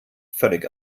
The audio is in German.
völlig